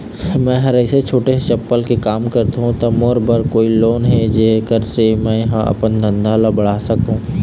मैं हर ऐसे छोटे से चप्पल के काम करथों ता मोर बर कोई लोन हे जेकर से मैं हा अपन धंधा ला बढ़ा सकाओ?